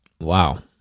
wow